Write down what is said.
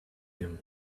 him